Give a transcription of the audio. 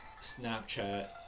Snapchat